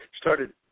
started